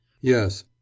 Yes